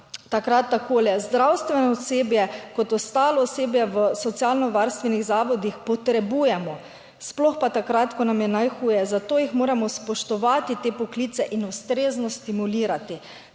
takrat takole: zdravstveno osebje kot ostalo osebje v socialnovarstvenih zavodih potrebujemo, sploh pa takrat, ko nam je najhuje, zato jih moramo spoštovati te poklice in ustrezno stimulirati;